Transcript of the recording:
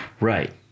Right